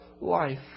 life